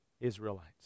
Israelites